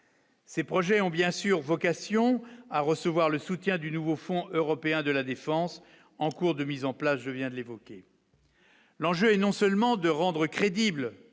Ces projets ont bien sûr vocation à recevoir le soutien du nouveau fonds européens de la défense en cours de mise en place, je viens de l'évoquer, l'enjeu est non seulement de rendre crédible